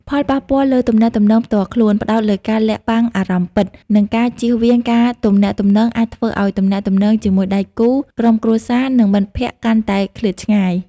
ផលប៉ះពាល់លើទំនាក់ទំនងផ្ទាល់ខ្លួន ផ្តោតលើការលាក់បាំងអារម្មណ៍ពិត និងការជៀសវាងការទំនាក់ទំនងអាចធ្វើឱ្យទំនាក់ទំនងជាមួយដៃគូ ក្រុមគ្រួសារ និងមិត្តភក្តិកាន់តែឃ្លាតឆ្ងាយ។